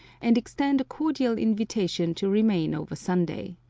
and extend a cordial invitation to remain over sunday.